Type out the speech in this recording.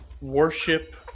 worship